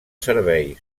servei